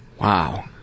Wow